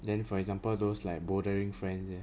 then for example those like bouldering friends leh